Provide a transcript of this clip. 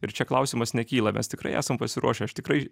ir čia klausimas nekyla mes tikrai esam pasiruošę aš tikrai